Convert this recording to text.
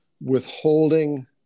withholding